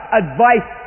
advice